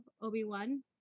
Obi-Wan